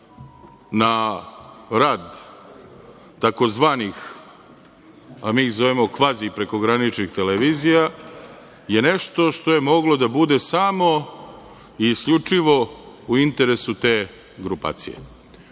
na rad takozvanih. a mi ih zovemo kvazi-prekograničnih televizija je nešto što je moglo da bude samo i isključivo u interesu te grupacije.